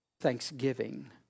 thanksgiving